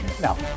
no